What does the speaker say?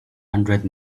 hundred